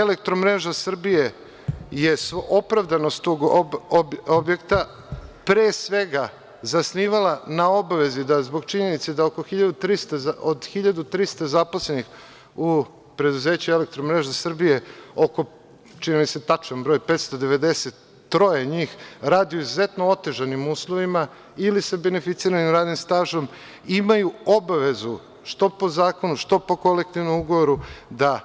Elektromreža Srbije“ je opravdanost tog objekta pre svega zasnivala na obavezi da zbog činjenice da od 1.300 zaposlenih u preduzeću „Elektromreža Srbije“ oko, čini mi se, tačan broj je 593 njih radi u izuzetno otežanim uslovima, ili sa beneficiranim radnim stažom, imaju obavezu što po zakonu, što po kolektivnom ugovoru da